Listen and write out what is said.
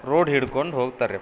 road ಹಿಡ್ಕೊಂಡು ಹೋಗ್ತಾರೆ ರಿ ಅಪ್ಪ